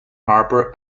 harper